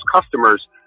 customers